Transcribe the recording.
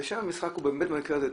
ושם המשחק הוא תקציב.